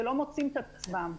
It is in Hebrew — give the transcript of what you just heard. שלא מוצאים את עצמם.